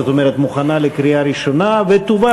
זאת אומרת מוכנה לקריאה ראשונה ותובא